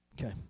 Okay